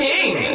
King